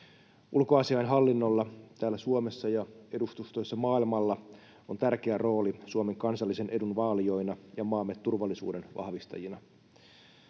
Ulkoasiainhallinnolla täällä Suomessa ja edustustoissa maailmalla on tärkeä rooli Suomen kansallisen edun vaalijoina ja maamme turvallisuuden vahvistajina.